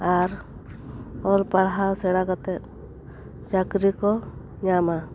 ᱟᱨ ᱚᱞ ᱯᱟᱲᱦᱟᱣ ᱥᱮᱬᱟ ᱠᱟᱛᱮᱜ ᱪᱟᱹᱠᱨᱤ ᱠᱚ ᱧᱟᱢᱟ